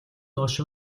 доош